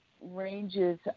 ranges